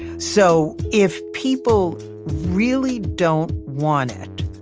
so if people really don't want it,